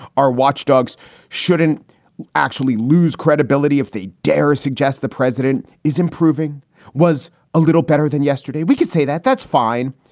our watchdogs shouldn't actually lose credibility of the darra suggests the president is improving was a little better than yesterday. we can say that that's fine,